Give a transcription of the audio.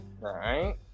Right